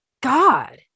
God